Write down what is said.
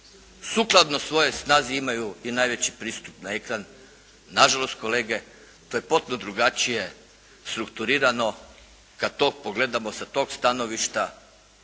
sukladno svojoj snazi imaju i najveći pristup na ekran. Nažalost kolege to je potpuno drugačije strukturirano kad to pogledamo sa tog stanovišta